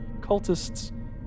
cultists